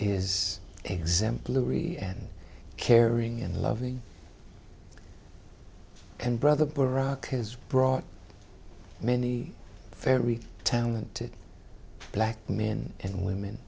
is exemplary and caring and loving and brother parag has brought many very talented black men and women